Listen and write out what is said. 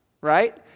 Right